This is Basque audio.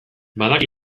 badaki